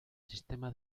sistema